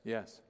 Yes